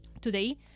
today